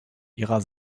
ihrer